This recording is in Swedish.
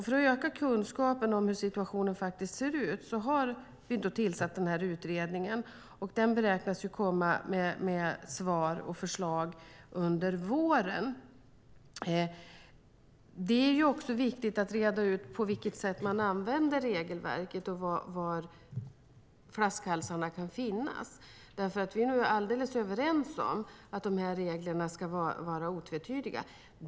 För att öka kunskapen om hur situationen ser ut har vi alltså tillsatt en utredning, och den beräknas komma med svar och förslag under våren. Det är också viktigt att reda ut på vilket sätt man använder regelverket och var flaskhalsarna finns. Vi är alldeles överens om att reglerna ska vara otvetydiga.